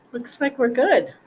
looks like we're good.